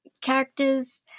characters